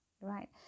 right